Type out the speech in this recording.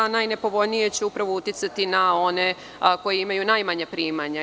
Najnepovoljnije će uticati na one koji imaju najmanja primanja.